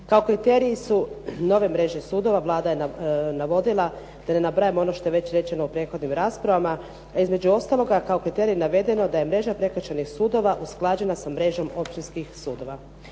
Kao kriteriji su nove mreže sudova Vlada je navodila da ne nabrajam ono što je već rečeno u prethodnim raspravama, a između ostaloga kao kriterij je navedeno da je mreža prekršajnih sudova usklađena sa mrežom općinskih sudova.